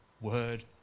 word